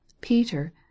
Peter